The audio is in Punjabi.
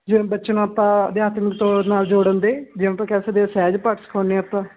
ਜਿਵੇਂ ਬੱਚੇ ਨੂੰ ਆਪਾਂ ਅਧਿਆਤਮਿਕ ਤੌਰ ਨਾਲ ਜੋੜਨ ਦੇ ਜੇ ਆਪਾਂ ਕਹਿ ਸਕਦੇ ਸਹਿਜ ਪਾਠ ਸਿਖਾਉਂਦੇ ਆਪਾਂ